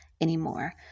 anymore